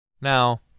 Now